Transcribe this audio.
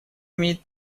имеет